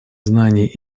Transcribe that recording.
знаний